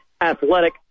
Athletic